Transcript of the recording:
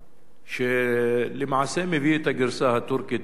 שלמעשה מביא את הגרסה הטורקית בנושא הזה בהרחבה,